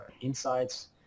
insights